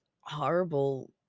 horrible